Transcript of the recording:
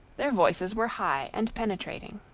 their voices were high and penetrating.